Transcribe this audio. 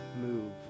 move